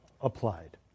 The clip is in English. applied